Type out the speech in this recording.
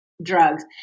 drugs